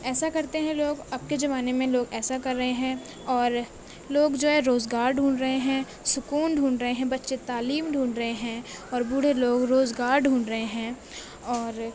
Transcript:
ایسا کرتے ہیں لوگ اب کے زمانے میں لوگ ایسا کر رہے ہیں اور لوگ جو ہے روزگار ڈھونڈ رہے ہیں سکون ڈھونڈ رہے ہیں بچے تعلیم ڈھونڈ رہے ہیں اور بوڑھے لوگ روزگار ڈھونڈ رہے ہیں اور